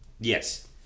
Yes